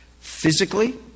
physically